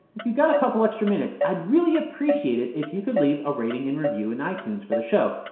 if you've got a couple extra minutes, i'd really appreciate it if you could leave a rating and review in itunes for the show.